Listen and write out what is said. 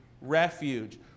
refuge